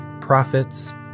prophets